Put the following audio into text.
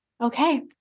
okay